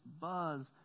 buzz